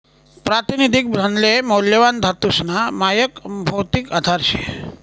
प्रातिनिधिक धनले मौल्यवान धातूसना मायक भौतिक आधार शे